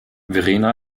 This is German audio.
verena